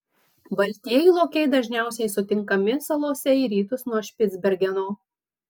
baltieji lokiai dažniausiai sutinkami salose į rytus nuo špicbergeno